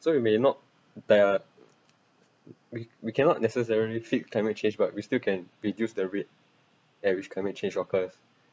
so you may not we we cannot necessarily fix climate change but we still can reduce the rate at which climate change occurs